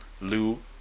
Lou